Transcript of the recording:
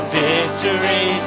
victory